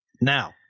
Now